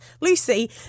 Lucy